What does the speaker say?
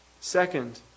Second